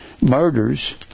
Murders